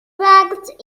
وقت